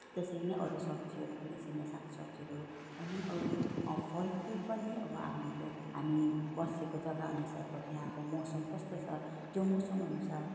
त्यसरी नै अरू सब्जीहरू पनि यसरी नै सागसब्जीहरू अनि अरू फलफुल पनि अब हामीहरूले हामी बसेको जग्गा अनुसार त त्यहाँको मौसम कस्तो छ त्यो मौसम अनुसार